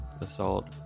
assault